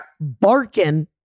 barking